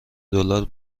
دلار